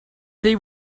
they